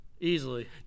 Easily